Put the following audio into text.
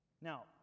Now